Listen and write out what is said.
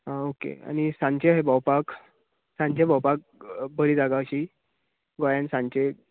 आं ओके आनी सांचे अशें भोंवपाक सांचे भोंवपाक बरी जागा आशी गोंयान सांचे